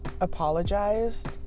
apologized